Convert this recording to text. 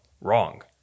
wrong